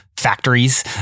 factories